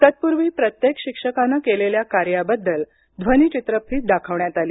तत्पूर्वी प्रत्येक शिक्षकानं केलेल्या कार्याबद्दल ध्वनीचित्रफित दाखविण्यात आली